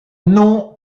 nom